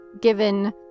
given